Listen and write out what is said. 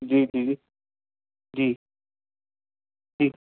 जी जी जी